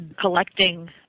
collecting